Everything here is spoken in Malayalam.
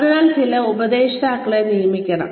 അതിനാൽ ചില ഉപദേഷ്ടാക്കളെ നിയമിക്കണം